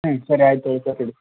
ಹ್ಞೂ ಸರಿ ಆಯಿತು ಓಕೆ ಬಿಡಿ